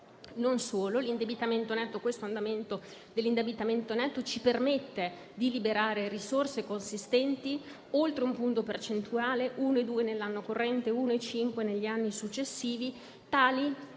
Non solo; tale andamento dell'indebitamento netto ci permette di liberare risorse consistenti per oltre un punto percentuale (1,2 nell'anno corrente, 1,5 negli anni successivi) tali